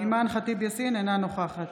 אינה נוכחת